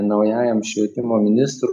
naujajam švietimo ministrui